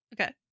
Okay